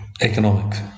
Economic